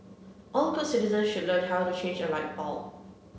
all good citizen should learn how to change a light bulb